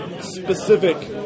specific